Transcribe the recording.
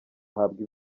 ahabwa